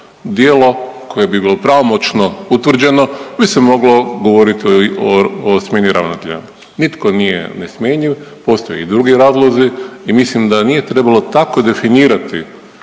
djelo koje bi bilo pravomoćno utvrđeno bi se moglo govoriti o smjeni ravnatelja. Nitko nije nesmjenjiv, postoje i drugi razlozi i mislim da nije trebalo tako definirati